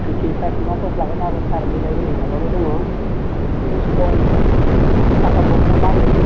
पेकिं सार्ज मा सार्ज लागोन आरो थार बेलाय हनै माबायाबो दङ सुइस बर्द खाथा बर्द ना मा होनो